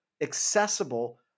accessible